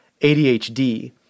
ADHD